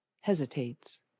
hesitates